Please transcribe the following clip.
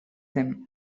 them